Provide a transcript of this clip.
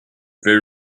they